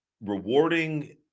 rewarding